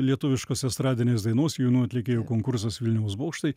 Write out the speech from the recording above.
lietuviškos estradinės dainos jaunų atlikėjų konkursas vilniaus bokštai